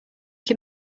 can